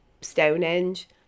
stonehenge